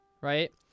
Right